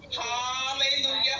Hallelujah